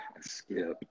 Skip